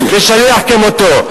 ושליח כמותו.